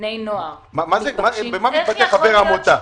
בני נוער -- במה מתבטא חבר עמותה?